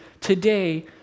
today